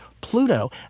Pluto